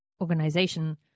organization